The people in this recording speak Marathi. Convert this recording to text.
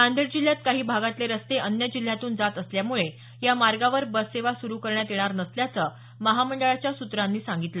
नांदेड जिल्ह्यात काही भागातले रस्ते अन्य जिल्ह्यातून जात असल्यामुळे या मार्गावर बससेवा सुरू करण्यात येणार नसल्याचं महामंडळाच्या सूत्रानं सांगितलं